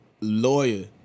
Lawyer